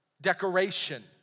decoration